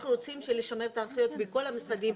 אנחנו רוצים לשמור את ההנחיות בכל המשרדים,